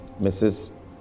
Mrs